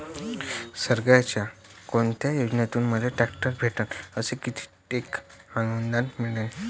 सरकारच्या कोनत्या योजनेतून मले ट्रॅक्टर भेटन अस किती टक्के अनुदान मिळन?